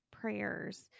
prayers